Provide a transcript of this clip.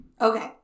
Okay